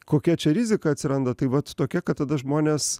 kokia čia rizika atsiranda tai vat tokia kad tada žmonės